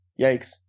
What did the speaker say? Yikes